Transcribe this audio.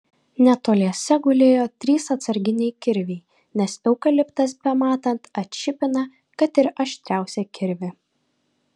netoliese gulėjo trys atsarginiai kirviai nes eukaliptas bematant atšipina kad ir aštriausią kirvį